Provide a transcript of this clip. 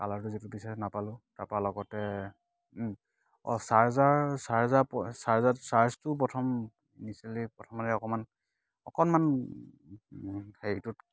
কালাৰটো যিটো বিচাৰিছিলোঁ নাপালো তাৰপৰা লগতে অঁ চাৰ্জাৰ চাৰ্জাৰ প চাৰ্জাৰ চাৰ্জটো প্ৰথম দিছিলে প্ৰথমতে অকণমান অকণমান হেৰিটোত